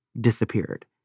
disappeared